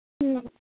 ᱦᱩᱸ